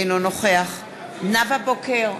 אינו נוכח נאוה בוקר,